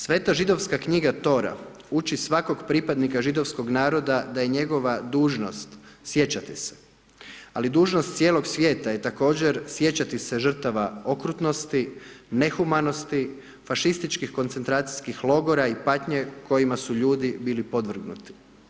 Sveta židovska knjiga Tora uči svakog pripadnika židovskog naroda da je njegova dužnost sjećati se, ali dužnost cijelog svijeta je također, sjećati se žrtava okrutnosti, nehumanosti, fašističkih koncentracijskih logora i patnje kojima su ljudi bili podvrgnuti.